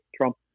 Trump